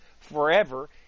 forever